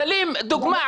סלים דוגמא,